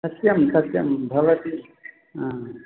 सत्यं सत्यं भवति